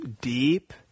deep